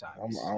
times